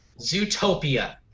Zootopia